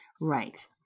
Right